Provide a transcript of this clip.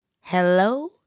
Hello